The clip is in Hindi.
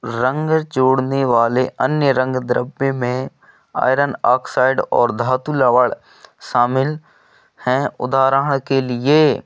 रंग जोड़ने वाले अन्य रंग द्रव्य में आयरन ऑक्साइड और धातु लवण शामिल हैं उदाहरण के लिए